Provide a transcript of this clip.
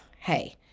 hey